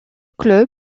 club